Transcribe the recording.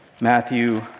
matthew